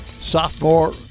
sophomore